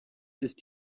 ist